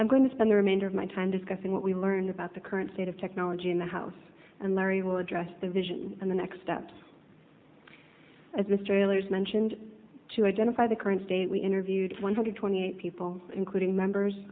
i'm going to spend the remainder of my time discussing what we learned about the current state of technology in the house and larry will address the vision in the next steps as this trailer's mentioned to identify the current state we interviewed one hundred twenty eight people including members